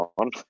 on